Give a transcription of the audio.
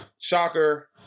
Shocker